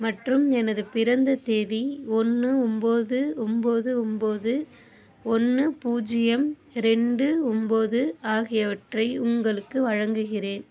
மற்றும் எனது பிறந்த தேதி ஒன்று ஒம்போது ஒம்போது ஒம்போது ஒன்று பூஜ்ஜியம் ரெண்டு ஒம்போது ஆகியவற்றை உங்களுக்கு வழங்குகிறேன்